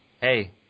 Hey